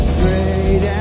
great